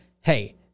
Hey